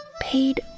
paid